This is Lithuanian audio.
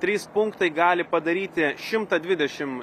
trys punktai gali padaryti šimtą dvidešim